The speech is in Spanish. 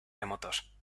remotos